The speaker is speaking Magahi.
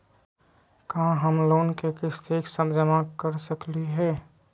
का हम लोन के किस्त एक साथ जमा कर सकली हे?